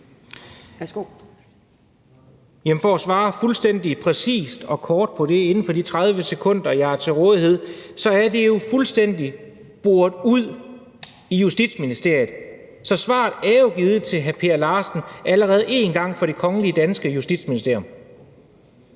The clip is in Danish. For at svare fuldstændig præcist og kort på det inden for de 30 sekunder, jeg har til rådighed, vil jeg sige, at det jo er fuldstændig boret ud i Justitsministeriet. Så svaret er jo givet til hr. Per Larsen allerede én gang fra det kongelige danske justitsministerium.